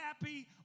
happy